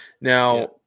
Now